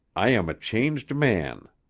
i am a changed man.